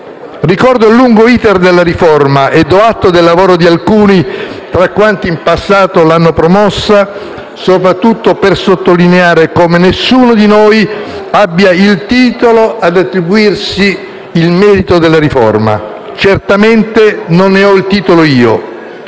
Ricordo il lungo *iter* della riforma e do atto del lavoro di alcuni tra quanti in passato l'hanno promossa, soprattutto per sottolineare come nessuno di noi abbia il titolo ad attribuirsi il merito della riforma. Certamente non ne ho titolo io,